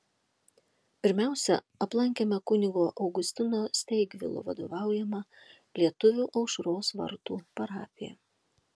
pirmiausia aplankėme kunigo augustino steigvilo vadovaujamą lietuvių aušros vartų parapiją